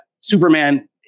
Superman